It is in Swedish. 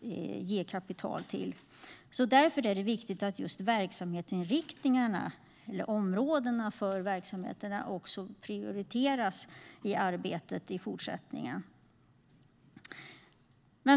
ge kapital till. Därför är det viktigt att just verksamhetsområdena prioriteras i arbetet i fortsättningen.